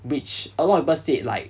which a lot of people said like